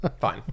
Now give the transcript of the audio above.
Fine